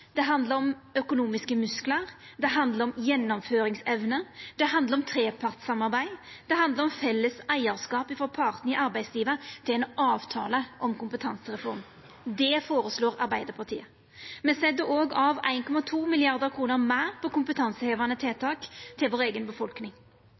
det handlar om økonomiske musklar, det handlar om gjennomføringsevne, det handlar om trepartssamarbeid, det handlar om felles eigarskap frå partane i arbeidslivet og ein avtale om kompetansereform. Det føreslår Arbeidarpartiet. Me set òg av 1,2 mrd. kr meir til kompetansehevande